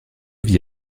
vit